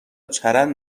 چرند